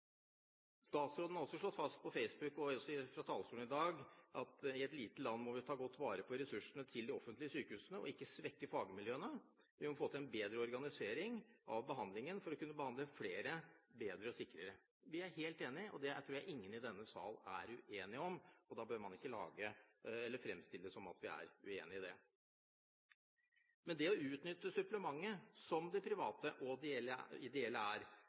Statsråden har også slått fast – på Facebook og fra talerstolen i dag – at i et lite land må vi ta godt vare på ressursene til de offentlige sykehusene og ikke svekke fagmiljøene. Vi må få til en bedre organisering av behandlingen for å kunne behandle flere bedre og sikrere. Vi er helt enige – jeg tror ingen i denne sal er uenig i det – og da bør man ikke fremstille det som at vi er uenig i det. Det å utnytte supplementet – som de private og ideelle er